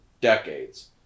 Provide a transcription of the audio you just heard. decades